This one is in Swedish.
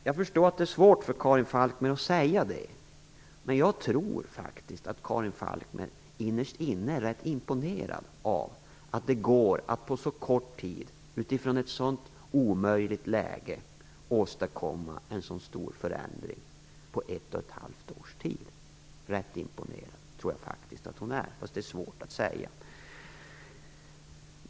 Jag förstår att det är svårt för Karin Falkmer att säga det, men jag tror faktiskt att Karin Falkmer innerst inne är rätt imponerad av att det går att utifrån ett sådant omöjligt läge åstadkomma en sådan stor förändring på så kort tid som ett och ett halvt år. Rätt imponerad tror jag faktiskt att hon är, men det är svårt att säga.